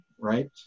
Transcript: right